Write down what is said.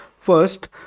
First